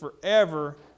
forever